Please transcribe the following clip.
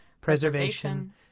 preservation